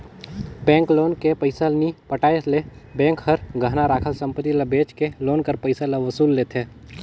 bank loan के पइसा नी पटाए ले बेंक हर गहना राखल संपत्ति ल बेंच के लोन कर पइसा ल वसूल लेथे